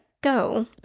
Go